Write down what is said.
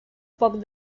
poc